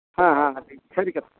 ᱦᱮᱸ ᱦᱮᱸ ᱦᱮᱸ ᱴᱷᱤᱠ ᱥᱟᱹᱨᱤ ᱠᱟᱛᱷᱟ